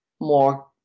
more